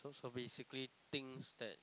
so basically things that